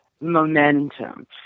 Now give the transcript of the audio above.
Momentum